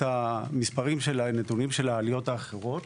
המספרים והנתונים של העליות האחרות.